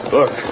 Look